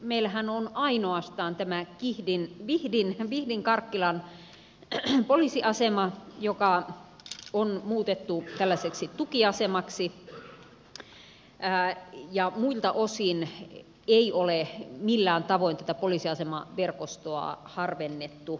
meillähän on ainoastaan tämä vihdinkarkkilan poliisiasema joka on muutettu tällaiseksi tukiasemaksi ja muilta osin ei ole millään tavoin tätä poliisiasemaverkostoa harvennettu